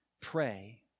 Pray